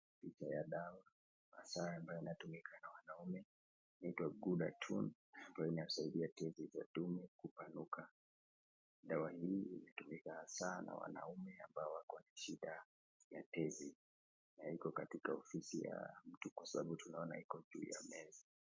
Hili ni dawa ya dume (cs)GHUDATUN(cs) ambaye inasaidia kupanuka, dawa hii hutumika sana na wanaume ambaye akona shida ya tezi, na iko katika ofisi tunaona iko juu ya meza.